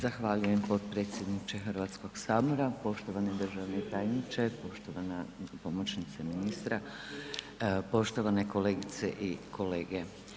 Zahvaljujem potpredsjedniče Hrvatskog sabora, poštovani državni tajniče, poštovana pomoćnice ministra, poštovane kolegice i kolege.